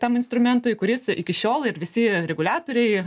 tam instrumentui kuris iki šiol ir visi reguliatoriai